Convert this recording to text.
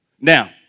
Now